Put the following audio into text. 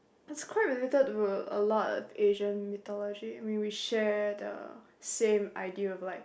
it's quite related to a lot of Asian meteorology I mean we share the same idea of like